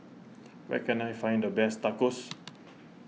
where can I find the best Tacos